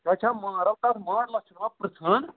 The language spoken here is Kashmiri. سۄ چھا ماڈَل تَتھ ماڈلَس چھِوا پرٕٛژھان